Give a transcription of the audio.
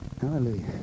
Hallelujah